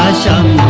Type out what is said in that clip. shun